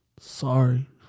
Sorry